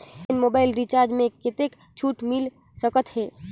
Online mobile recharge मे कतेक छूट मिल सकत हे?